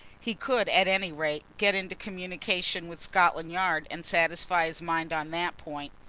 he could, at any rate, get into communication with scotland yard and satisfy his mind on that point.